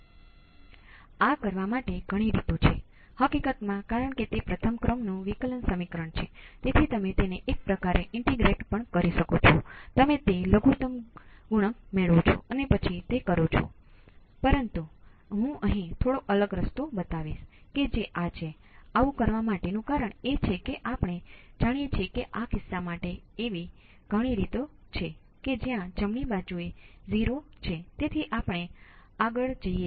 હવે એક step response તેનો અર્થ એ છે કે ઇનપુટ અથવા તેમાં બહુવિધ ઇનપુટ્સ હોઈ શકે છે પરંતુ ચાલો આપણે સ્ટેપ્સ અપ સાથે એક ઇનપુટ પર વિચાર કરીએ